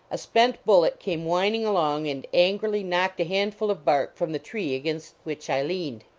a spent bullet came whining along and angrily knocked a handful of bark from the tree against which i leaned.